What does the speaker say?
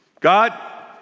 God